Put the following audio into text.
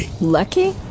Lucky